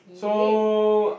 so